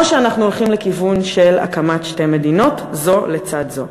או שאנחנו הולכים לכיוון של הקמת שתי מדינות זו לצד זו.